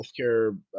healthcare